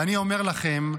ואני אומר לכם,